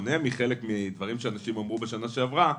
בשונה מחלק מדברים שאנשים אמרו בשנה שעברה,